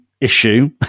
issue